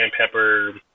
pepper